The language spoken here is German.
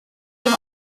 dem